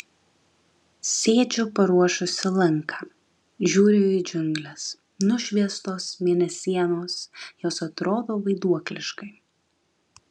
sėdžiu paruošusi lanką žiūriu į džiungles nušviestos mėnesienos jos atrodo vaiduokliškai